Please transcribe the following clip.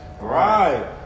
Right